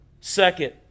Second